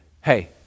Hey